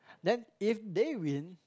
then if they win